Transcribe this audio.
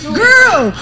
girl